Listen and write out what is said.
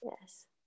yes